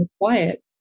Quiet